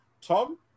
Tom